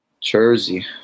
Jersey